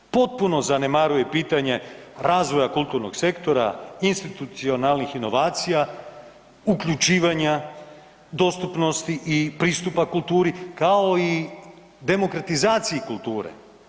Potpuno zanemaruje pitanje razvoja kulturnog sektora, institucionalnih inovacija, uključivanja, dostupnosti i pristupa kulturi kao i demokratizaciji kulture.